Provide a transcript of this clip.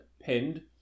pinned